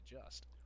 adjust